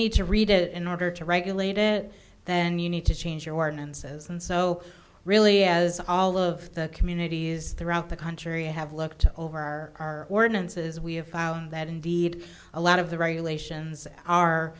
need to read it in order to regulate it then you need to change your ordinances and so really as all of the communities throughout the country have looked over our ordinances we have found that indeed a lot of the regulations are